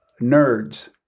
Nerds